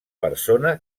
persona